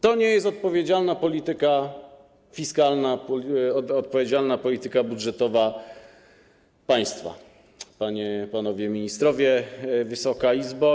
To nie jest odpowiedzialna polityka fiskalna, odpowiedzialna polityka budżetowa państwa, panie i panowie ministrowie, Wysoka Izbo.